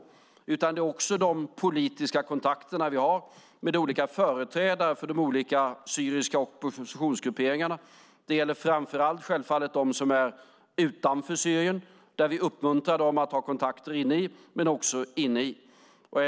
Det är också de politiska kontakterna vi har med olika företrädare för de olika syriska oppositionsgrupperingarna. Det gäller självfallet framför allt de som är utanför Syrien, där vi uppmuntrar dem att ha kontakter inne i landet, men också inne i Syrien.